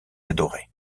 adorait